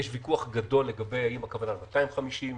יש ויכוח גדול אם הכוונה 250,